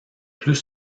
plus